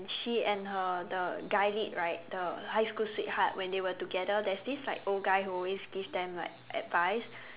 she and her the guy lead right the high school sweetheart when they were together there's this like old guy who always give them like advice